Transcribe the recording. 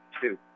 two